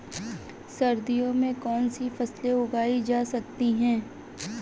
सर्दियों में कौनसी फसलें उगाई जा सकती हैं?